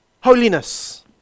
holiness